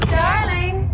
darling